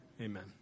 amen